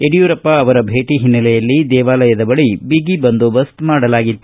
ಯಡಿಯೂರಪ್ಪ ಅವರ ಭೇಟಿ ಹಿನ್ನೆಲೆಯಲ್ಲಿ ದೇವಾಲಯದ ಬಳಿ ಬಗಿ ಬಂದೋಬಸ್ತ್ ಮಾಡಲಾಗಿತ್ತು